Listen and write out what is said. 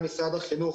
החינוך,